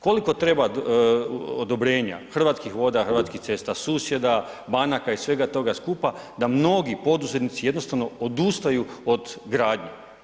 Koliko treba odobrenja, Hrvatskih voda, Hrvatskih cesta, susjeda, banaka i svega toga skupa da mnogi poduzetnici jednostavno odustaju od gradnje.